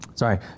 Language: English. Sorry